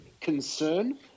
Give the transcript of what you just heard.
concern